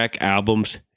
albums